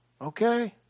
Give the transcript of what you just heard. Okay